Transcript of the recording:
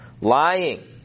lying